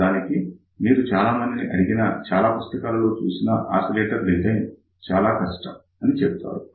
నిజానికి మీరు చాలా మందిని అడిగినా చాలా పుస్తకాలలో చూసిన ఆసిలేటర్ డిజైన్ చాలా కష్టం అని చెబుతారు